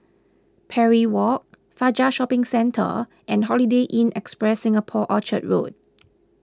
Parry Walk Fajar Shopping Centre and Holiday Inn Express Singapore Orchard Road